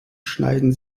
schneiden